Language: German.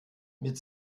mit